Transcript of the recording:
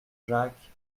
jacques